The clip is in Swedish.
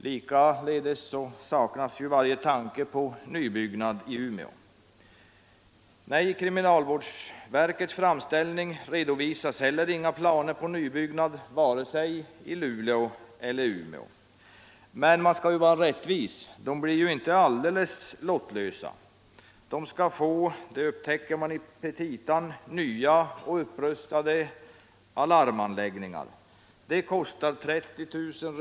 Likaledes saknas varje tanke på nybyggnad i Umeå. I kriminalvårdsstyrelsens framställning redovisas heller inga planer på nybyggnad vare sig i Luleå eller i Umeå. Men man skall ju vara rättvis. De blir inte alldeles lottlösa. De skall, vilket man upptäcker i petita, få nya eller upprustade alarmanläggningar! Det kostar 30 000 kr.